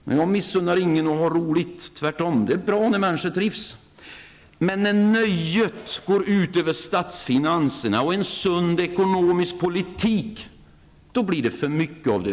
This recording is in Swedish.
Jag missunnar ingen att ha roligt. Tvärtom, det är bra när människor trivs. Men när nöjet går ut över statsfinanserna och en sund ekonomisk politik, då blir det för mycket av det